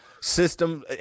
system